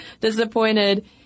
disappointed